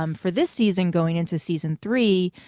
um for this season, going into season three,